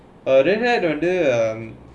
uh Red Hat under ah